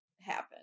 happen